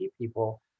people